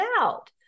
out